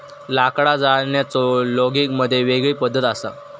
लाकडा जाळण्याचो लोगिग मध्ये वेगळी पद्धत असा